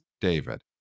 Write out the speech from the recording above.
David